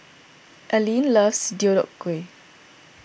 Aleen loves Deodeok Gui